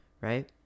right